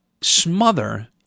smother